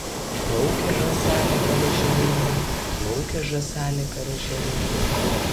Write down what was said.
plaukė žąselė per ežerėlį plaukė žąselė per ežerėlį